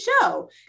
show